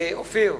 אופיר,